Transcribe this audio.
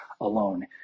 alone